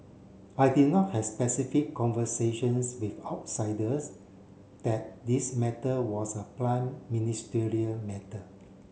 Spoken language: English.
I did not has specific conversations with outsiders that this matter was a prime ministerial matter